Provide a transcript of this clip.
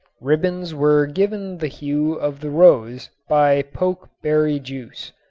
ribbons were given the hue of the rose by poke berry juice.